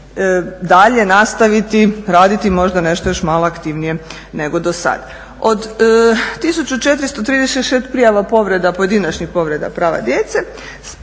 dalje nastaviti raditi možda nešto još malo aktivnije nego dosad. Od 1436 prijava pojedinačnih povreda prava djece